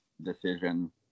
decision